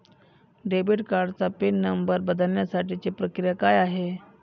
Debit कार्डचा PIN number बदलण्यासाठीची प्रक्रिया काय आहे?